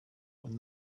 when